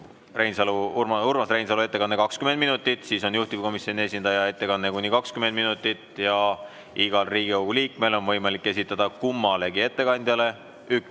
on Urmas Reinsalu ettekanne 20 minutit, siis on juhtivkomisjoni esindaja ettekanne kuni 20 minutit. Igal Riigikogu liikmel on võimalik esitada kummalegi ettekandjale